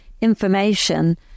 information